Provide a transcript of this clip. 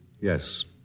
Yes